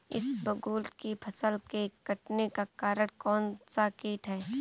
इसबगोल की फसल के कटने का कारण कौनसा कीट है?